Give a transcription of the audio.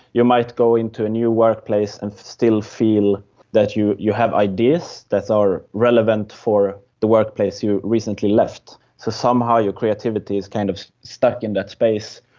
might go into a new workplace and still feel that you you have ideas that are relevant for the workplace you recently left. so somehow your creativity is kind of stuck in that space,